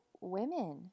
women